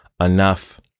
enough